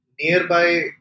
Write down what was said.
nearby